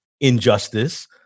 injustice